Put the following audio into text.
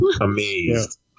amazed